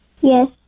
Yes